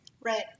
Right